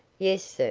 yes, sir.